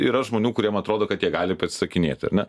yra žmonių kuriem atrodo kad jie gali sakinėti ar ne